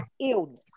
illness